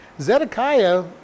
Zedekiah